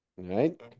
Right